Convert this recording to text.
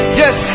yes